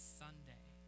sunday